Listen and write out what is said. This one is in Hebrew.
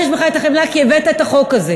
כי הבאת את החוק הזה.